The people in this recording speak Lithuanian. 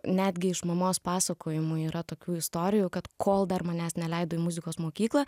netgi iš mamos pasakojimų yra tokių istorijų kad kol dar manęs neleido į muzikos mokyklą